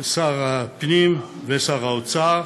שר הפנים ושר האוצר,